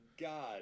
God